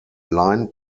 line